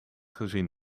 gezien